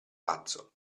pazzo